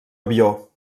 avió